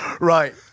Right